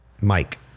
Mike